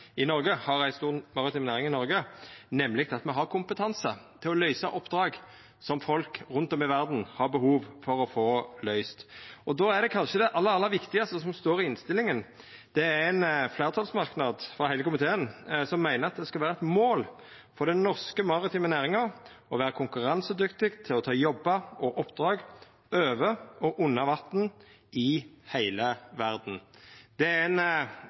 i Noreg, nemleg at me har kompetanse til å løysa oppdrag som folk rundt om i verda har behov for å få løyst. Då er kanskje det aller, aller viktigaste som står i innstillinga ein fleirtalsmerknad frå heile komiteen, som meiner «det skal være et mål for den norske maritime næringen å være konkurransedyktig til å ta jobber og oppdrag over og under vann i hele verden». Det er